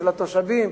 של התושבים,